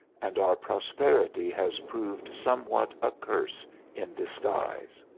and our prosperity has proved somewhat a curse in disguise.